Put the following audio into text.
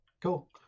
Cool